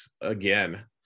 again